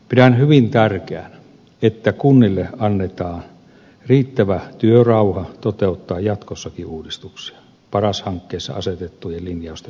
pidän hyvin tärkeänä että kunnille annetaan riittävä työrauha toteuttaa jatkossakin uudistuksia paras hankkeessa asetettujen linjausten mukaisesti